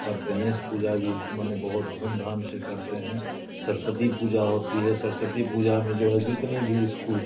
और गणेश पूजा भी माने बहुत धूमधाम से करते हैं सरस्वती पूजा होती है सरस्वती पूजा में जो है जितने भी स्कूल हैं